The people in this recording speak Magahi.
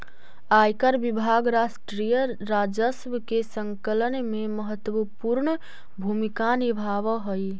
आयकर विभाग राष्ट्रीय राजस्व के संकलन में महत्वपूर्ण भूमिका निभावऽ हई